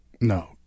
No